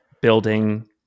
building